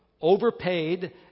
Overpaid